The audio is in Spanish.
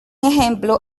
ejemplo